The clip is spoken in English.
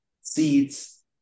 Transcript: seeds